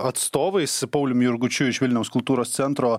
atstovais pauliumi jurgučiu iš vilniaus kultūros centro